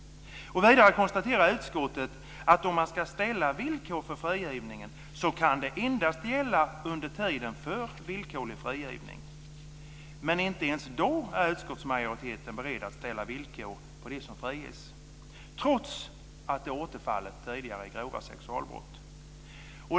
Vidare konstaterar utskottet att om man ska ställa villkor för frigivningen kan det endast gälla under tiden för villkorlig frigivning. Men inte ens då är utskottsmajoriteten beredd att ställa villkor på de som friges, trots att de tidigare återfallit i grova sexualbrott.